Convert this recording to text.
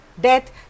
death